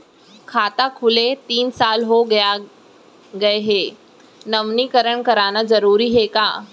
खाता खुले तीन साल हो गया गये हे नवीनीकरण कराना जरूरी हे का?